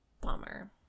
bummer